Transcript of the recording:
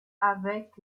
avec